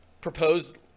proposed